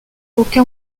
aucun